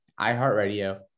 iHeartRadio